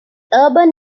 urban